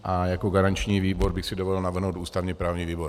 A jako garanční výbor bych si dovolil navrhnout ústavněprávní výbor.